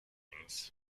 innings